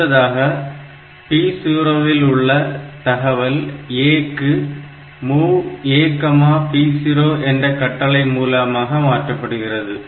அடுத்ததாக P0 இல் உள்ள தகவல் A க்கு MOV AP 0 என்ற கட்டளை மூலமாக மாற்றப்படுகிறது